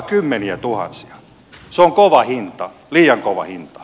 se on kova hinta liian kova hinta